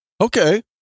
Okay